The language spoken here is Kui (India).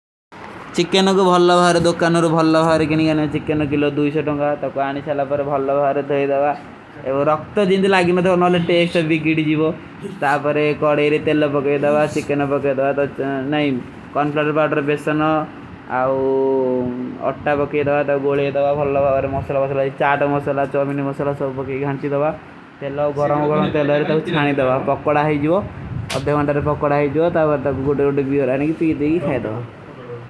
ଚିକେନୋ କୋ ଭଲଲା ଭାରେ, ଦୌକାନୋରୋ ଭଲଲା ଭାରେ, କିନିଗାନେ ଚିକେନୋ କିଲୋ ଦୂଈଶା ତୁଂଗା। ତକ ଆନିଶାଲା ପର ଭଲଲା ଭାରେ ଥାଯେ ଦାଵା। ଏବ ରକ୍ତ ଜିନତୀ ଲାଗୀ ମେଂ ତୋ ଅନୁଲେ ଟେକ୍ଷ୍ଟ ଭୀ ଗିଡୀ ଜୀଵୋ। ତାପରେ କଡେରେ ତେଲୋ ପକେ ଦାଵା, ଚିକେନୋ ପକେ ଦାଵା, ନହୀଂ, କଂଟଲାର ପାଟର ବେସନୋ। ଆଓ ଅଟା ପକେ ଦାଵା, ତବ ଗୋଲେ ଦାଵା, ଭଲଲା ଭାରେ ମସଲା ବସଲା, ଚାଟ ମସଲା। ଚୋମିନୀ ମସଲା, ସବ ପକେ ଗହନ୍ଚୀ ଦାଵା। ତେଲୋ ଗରମ ଗରମ ତେଲୋରେ ତୋ ଚାନୀ ଦାଵା, ପକଡା ହୈ ଜୀଵୋ। ଅପନେ ମାଂଦରେ ପକଡା ହୈ ଜୀଵୋ, ତାପର ତୋ ଗୁଡୀ ଗୁଡୀ ହୋ ରହା ହୈ, ନହୀଂ, ପୀଡୀ ହୀ ଖୈଦୋ।